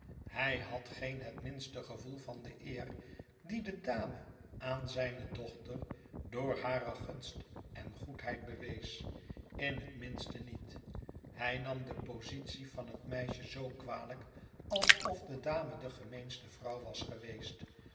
hij had geen het minste gevoel van de eer die de dame aan zijne dochter door hare gunst en goedheid bewees in het minste niet hij nam de positie van het meisje zoo kwalijk alsof de dame de gemeenste vrouw was geweest